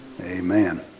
Amen